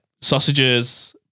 sausages